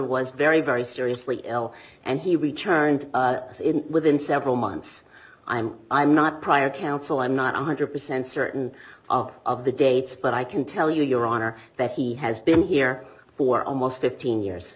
was very very seriously ill and he returned within several months i'm i'm not prior counsel i'm not one hundred percent certain are of the dates but i can tell you your honor that he has been here for almost fifteen years